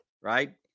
right